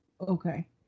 okay